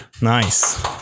Nice